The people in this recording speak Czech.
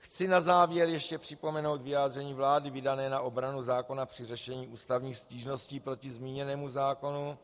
Chci na závěr připomenout ještě vyjádření vlády vydané na obranu zákona při řešení ústavních stížností proti zmíněnému zákonu.